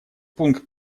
пункт